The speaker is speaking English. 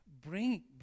Bring